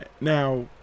Now